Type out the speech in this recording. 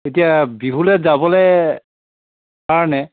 এতিয়া বিহুলৈ যাবলৈ কাৰণে